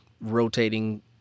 rotating